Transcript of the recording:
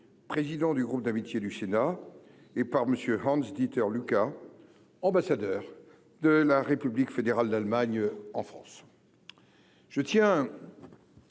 président du groupe d'amitié du Sénat et par Monsieur, Hans Dieter Lukas, ambassadeur de la République fédérale d'Allemagne en France